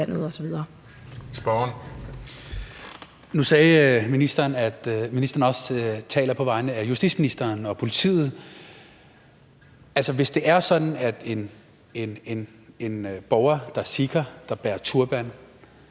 Nu sagde ministeren, at ministeren også taler på vegne af justitsministeren og politiet. Altså, hvis det er sådan, at man føler, at en borger, der er sikh og bærer turban,